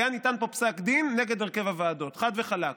היה ניתן פה פסק דין נגד הרכב הוועדות, חד וחלק.